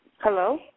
hello